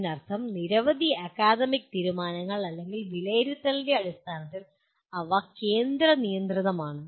അതിനർത്ഥം നിരവധി അക്കാദമിക് തീരുമാനങ്ങൾ അല്ലെങ്കിൽ വിലയിരുത്തലിന്റെ അടിസ്ഥാനത്തിൽ അവ കേന്ദ്ര നിയന്ത്രിതമാണ്